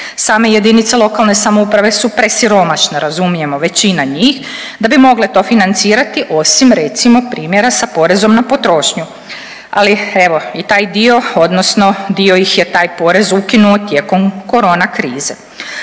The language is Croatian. i financijske olakšice. Same JLS su presiromašne, razumijemo, većina njih, da bi mogle to financirati osim recimo primjera sa porezom na potrošnju, ali evo i taj dio odnosno dio ih je taj porez ukinuo tijekom korona krize.